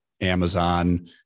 Amazon